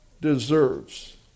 deserves